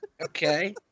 Okay